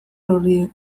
horiekin